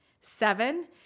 Seven